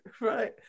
right